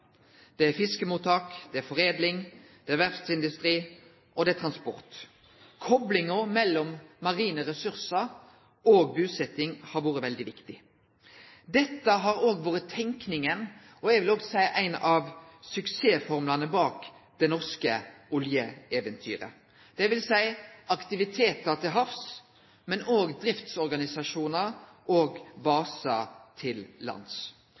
fiskemottak, i foredlingsindustri, i verftsindustri og i transport. Koplinga mellom marine ressursar og busetjing har vore veldig viktig. Dette var tanken og eg vil òg seie ein av suksessformlane bak det norske oljeeventyret, dvs. aktivitetar til havs og driftsorganisasjonar og basar til lands.